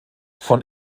von